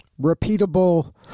repeatable